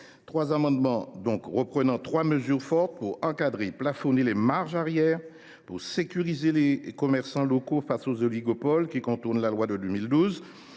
Ces amendements tendent à prévoir des mesures fortes afin d’encadrer et de plafonner les marges arrière, de sécuriser les commerçants locaux face aux oligopoles qui contournent la loi de 2012,